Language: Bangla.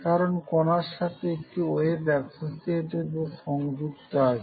কারণ কনার সাথে একটি ওয়েভ এসোসিয়েটেড বা সংযুক্ত আছে